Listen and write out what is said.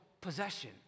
possession